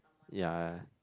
yea